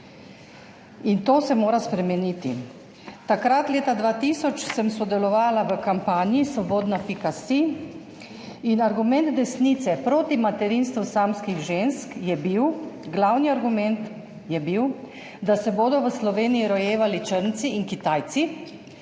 in to se mora spremeniti. Takrat leta 2000 sem sodelovala v kampanji Svobodna.si in argument desnice proti materinstvu samskih žensk je bil, glavni argument je bil, da se bodo v Sloveniji rojevali črnci in Kitajci